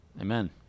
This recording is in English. Amen